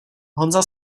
honza